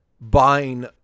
buying